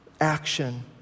action